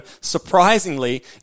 surprisingly